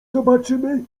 zobaczymy